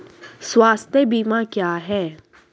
स्वास्थ्य बीमा क्या है?